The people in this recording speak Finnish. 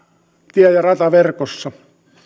tie ja rataverkossa